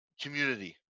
community